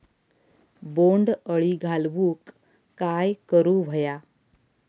बोंड अळी घालवूक काय करू व्हया?